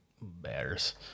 Bears